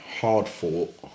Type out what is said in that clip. hard-fought